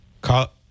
call